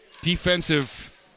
defensive